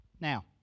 Now